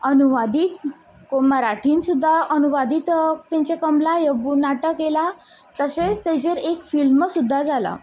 अनुवादीत मराठीन सुद्दां अनुवादीत तेंचें कमला हें बूक नाटक येयलां तशेंच तेंचें एक फिल्म सुद्दां जालां